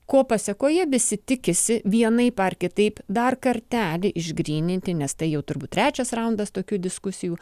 ko pasekoje visi tikisi vienaip ar kitaip dar kartelį išgryninti nes tai jau turbūt trečias raundas tokių diskusijų